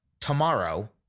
tomorrow